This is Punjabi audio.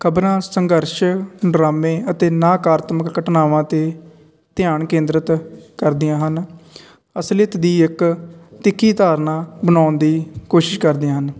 ਖ਼ਬਰਾਂ ਸੰਘਰਸ਼ ਡਰਾਮੇ ਅਤੇ ਨਕਾਰਾਤਮਕ ਘਟਨਾਵਾਂ 'ਤੇ ਧਿਆਨ ਕੇਂਦਰਿਤ ਕਰਦੀਆਂ ਹਨ ਅਸਲੀਅਤ ਦੀ ਇੱਕ ਤਿੱਖੀ ਧਾਰਨਾ ਬਣਾਉਣ ਦੀ ਕੋਸ਼ਿਸ਼ ਕਰਦੀਆਂ ਹਨ